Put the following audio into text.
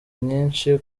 nyinshi